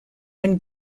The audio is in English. one